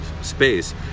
space